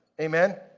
amen?